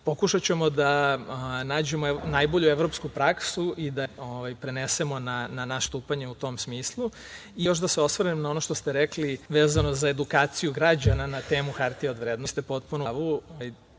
pokušaćemo da na nađemo najbolju evropsku praksu i da je prenesemo na naše postupanje u tom smislu. Još da se osvrnem na ono što ste rekli vezano za edukaciju građana na temu hartija od vrednosti, dakle, vi